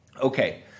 Okay